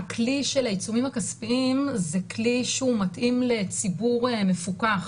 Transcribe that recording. הכלי של העיצומים הכספיים הוא כלי שהוא מתאים לציבור מפוקח,